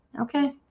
Okay